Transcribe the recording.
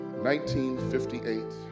1958